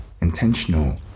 intentional